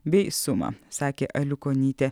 bei sumą sakė aliukonytė